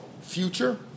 future